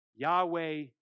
Yahweh